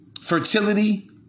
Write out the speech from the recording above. fertility